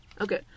Okay